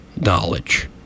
knowledge